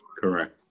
Correct